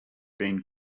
been